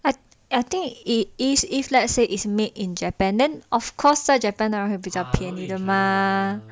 I think it is if let's say is made in japan then of course 在 japan 当然会比较便宜的嘛